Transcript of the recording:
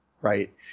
right